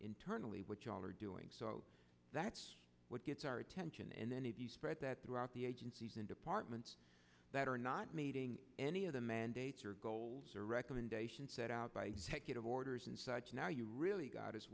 internally what you all are doing so that's what gets our attention and then if you spread that throughout the agencies and departments that are not meeting any of the mandates your goals or recommendations set out by executive orders and such now you really got as